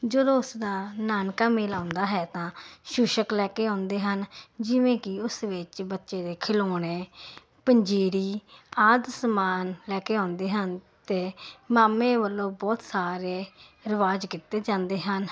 ਜਦੋਂ ਉਸ ਦਾ ਨਾਨਕਾ ਮੇਲ ਆਉਂਦਾ ਹੈ ਤਾਂ ਛੂਛਕ ਲੈ ਕੇ ਆਉਂਦੇ ਹਨ ਜਿਵੇਂ ਕਿ ਉਸ ਵਿੱਚ ਬੱਚੇ ਦੇ ਖਿਲੋਣੇ ਪੰਜੀਰੀ ਆਦਿ ਸਮਾਨ ਲੈ ਕੇ ਆਉਂਦੇ ਹਨ ਅਤੇ ਮਾਮੇ ਵੱਲੋਂ ਬਹੁਤ ਸਾਰੇ ਰਿਵਾਜ਼ ਕੀਤੇ ਜਾਂਦੇ ਹਨ